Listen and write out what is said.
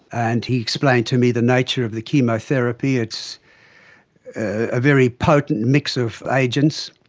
and he explained to me the nature of the chemotherapy. it's a very potent mix of agents.